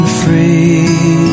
free